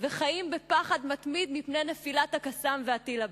וחיים בפחד מתמיד מפני נפילת ה"קסאם" והטיל הבא.